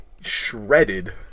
shredded